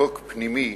בחוק פנימי,